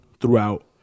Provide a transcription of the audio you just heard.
throughout